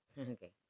Okay